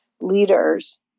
leaders